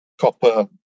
copper